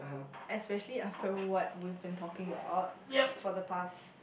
especially after what we've been talking about for the past